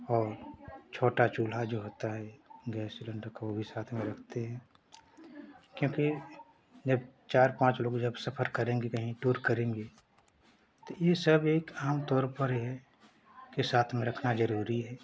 और छोटा चूल्हा जो होता है गैस सिलेण्डर का वह भी साथ में रखते हैं क्योंकि जब चार पाँच लोग जब सफ़र करेंगे कहीं टूर करेंगे तो यह सब एक आमतौर पर है कि साथ में रखना ज़रूरी है